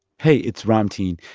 hey. it's ramtin.